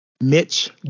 Mitch